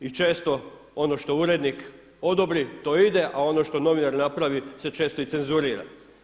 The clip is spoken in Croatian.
I često on što urednik odobri to ide a ono što novinar napravi se često i cenzurira.